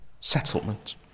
settlement